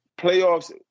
playoffs